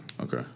Okay